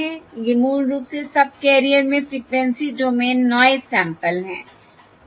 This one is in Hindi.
ये मूल रूप से सबकैरियर में फ़्रीक्वेंसी डोमेन नॉयस सैंपल्स हैं